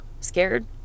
Scared